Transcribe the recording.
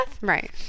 Right